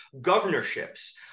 governorships